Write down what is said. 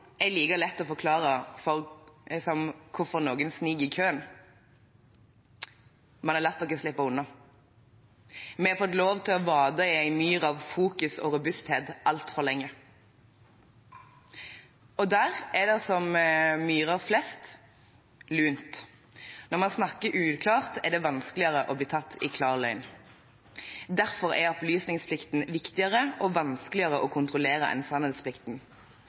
like lett å forklare som hvorfor noen sniker i køen. Man har latt oss slippe unna. Vi har fått lov til å vade i en myr av «fokus» og «robusthet» altfor lenge. Og der er det, som i myrer flest, lunt. Når man snakker uklart, er det vanskeligere å bli tatt i klar løgn. Derfor er opplysningsplikten viktigere og vanskeligere å kontrollere enn sannhetsplikten.